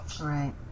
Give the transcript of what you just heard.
Right